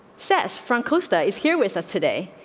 says frank. costa is here with us today,